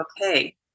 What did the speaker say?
okay